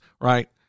right